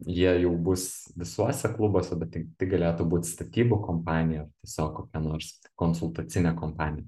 jie jau bus visuose klubuose bet tai tik galėtų būt statybų kompanija tiesiog kokia nors konsultacinė kompanija